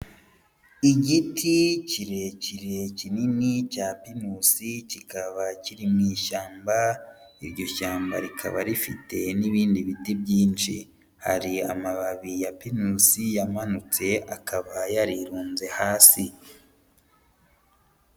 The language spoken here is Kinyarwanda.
Igiti kirekire kinini cya pinusi kikaba kiri mu ishyamba, iryo shyamba rikaba rifite n'ibindi biti byinshi. Hari amababi ya pinusi yamanutse akaba yarirunze hasi.